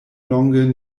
longe